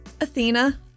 Athena